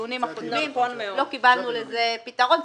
בדיונים הקודמים ולא קיבלנו לזה פתרון.